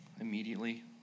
immediately